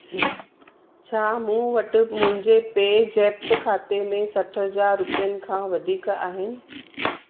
छा मूं वटि मुंहिंजे पेज़ेप्प खाते में सठ हज़ार रुपियनि खां वधीक आहिनि